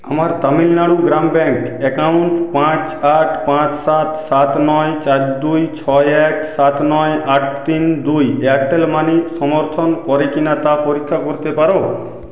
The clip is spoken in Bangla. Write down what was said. আমার তামিলনাড়ু গ্রাম ব্যাঙ্ক অ্যাকাউন্ট পাঁচ আট পাঁচ সাত সাত নয় চার দুই ছয় এক সাত নয় আট তিন দুই এয়ারটেল মানি সমর্থন করে কিনা তা পরীক্ষা করতে পার